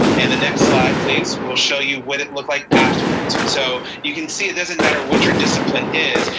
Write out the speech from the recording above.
and the next slide, please will show you what it looked like afterwards. so you can see it doesn't matter what your discipline is,